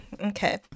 Okay